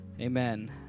amen